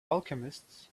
alchemists